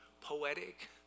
poetic